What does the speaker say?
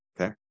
Okay